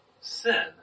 sin